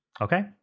Okay